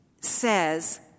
says